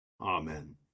Amen